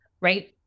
right